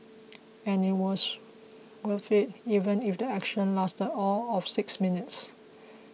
and it was worth it even if the action lasted all of six minutes